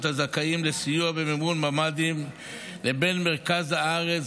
הזכאים לסיוע במימון ממ"דים לבין מרכז הארץ,